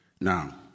Now